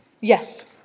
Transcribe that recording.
yes